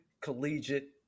collegiate